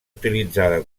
utilitzada